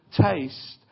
taste